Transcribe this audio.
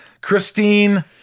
Christine